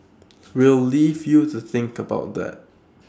we'll leave you to think about that